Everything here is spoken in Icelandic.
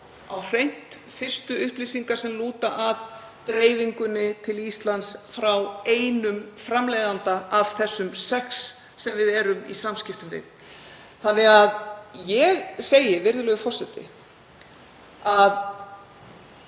á hreint fyrstu upplýsingar sem lúta að dreifingunni til Íslands frá einum framleiðanda af þessum sex sem við erum í samskiptum við. Ég segi, virðulegur forseti: